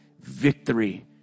Victory